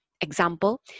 Example